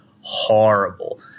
horrible